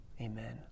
Amen